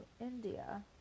India